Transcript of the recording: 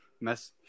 mess